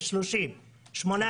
2017 30, 2018